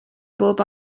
bob